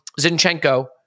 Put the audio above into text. Zinchenko